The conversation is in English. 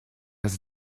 has